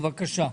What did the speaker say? בבקשה.